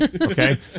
okay